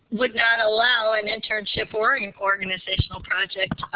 would not allow an internship or an organizational project.